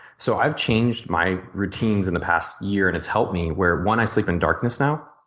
so i've changed my routines in the past year and it's helped me where one, i sleep in darkness now,